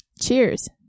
Cheers